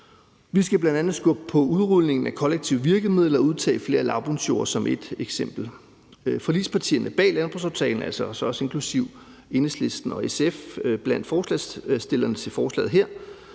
Vi skal bl.a. skubbe på udrulningen af kollektive virkemidler og udtage flere lavbundsjorde som et eksempel. Forligspartierne bag landbrugsaftalen – altså inklusive Enhedslisten og SF blandt forslagsstillerne til forslaget her